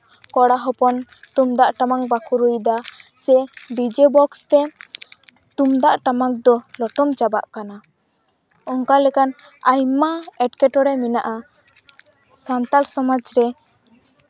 ᱠᱚᱲᱟ ᱦᱚᱯᱚᱱ ᱛᱩᱢᱫᱟᱜ ᱴᱟᱢᱟᱠ ᱵᱟᱠᱚ ᱨᱩᱭᱫᱟ ᱥᱮ ᱰᱤᱡᱮ ᱵᱚᱠᱥ ᱛᱮ ᱛᱩᱢᱫᱟᱜ ᱴᱟᱢᱟᱠ ᱫᱚ ᱞᱚᱴᱚᱢ ᱪᱟᱵᱟᱜ ᱠᱟᱱᱟ ᱚᱱᱠᱟ ᱞᱮᱠᱟᱱ ᱟᱭᱢᱟ ᱮᱴᱠᱮᱴᱚᱬᱮ ᱢᱮᱱᱟᱜᱼᱟ ᱥᱟᱱᱛᱟᱲ ᱥᱚᱢᱟᱡᱽ ᱨᱮ